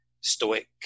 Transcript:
stoic